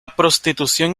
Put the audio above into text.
prostitución